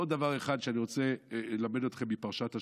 ועוד דבר אחד שאני רוצה ללמד אתכם מפרשת השבוע.